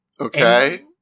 Okay